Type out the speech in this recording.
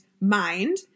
mind